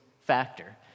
factor